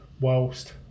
whilst